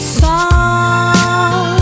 song